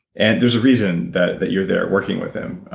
and there's a reason that that you're there working with him,